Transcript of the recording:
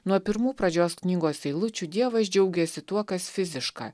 nuo pirmų pradžios knygos eilučių dievas džiaugiasi tuo kas fiziška